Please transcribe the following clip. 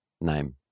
name